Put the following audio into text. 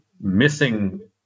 missing